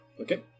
Okay